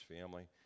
family